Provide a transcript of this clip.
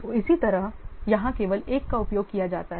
तो इसी तरह यहां केवल 1 का उपयोग किया जाता है